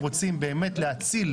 ממשלה ימנית שהייתה יכולה לקום.